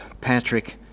Patrick